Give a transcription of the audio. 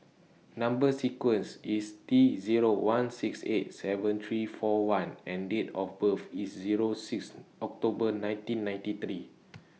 Number sequence IS T Zero one six eight seven three four one and Date of birth IS Zero six October nineteen ninety three